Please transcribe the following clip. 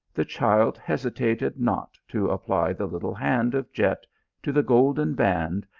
the child hesitated not to apply the little hand of jet to the golden band,